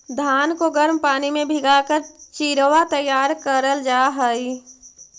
धान को गर्म पानी में भीगा कर चिड़वा तैयार करल जा हई